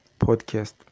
podcast